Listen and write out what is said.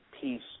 peace